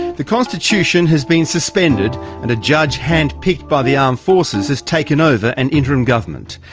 the constitution has been suspended and a judge hand-picked by the armed forces has taken over an interim government.